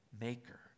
maker